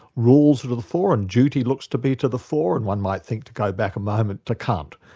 rules were um to the fore, and duty looks to be to the fore, and one might think to go back a moment, to kant,